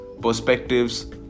perspectives